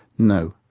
no!